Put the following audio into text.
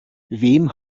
wem